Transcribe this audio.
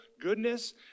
goodness